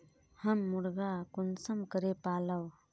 हम मुर्गा कुंसम करे पालव?